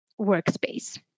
workspace